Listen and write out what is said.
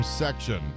Section